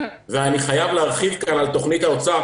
אני חייב להרחיב כאן על תוכנית האוצר,